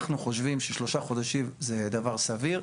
אנחנו חושבים ששלושה חודשים זה דבר סביר.